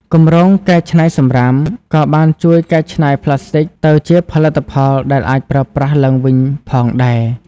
គម្រោង "កែច្នៃសំរាម" ក៏បានជួយកែច្នៃប្លាស្ទិកទៅជាផលិតផលដែលអាចប្រើប្រាស់ឡើងវិញផងដែរ។